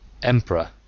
emperor